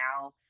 now